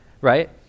right